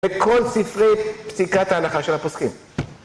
וכל ספרי פסיקת ההנחה של הפוסקים